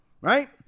right